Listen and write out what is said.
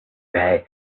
pay